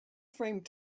framed